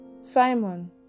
Simon